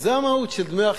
זה המהות של "דמי אחיך".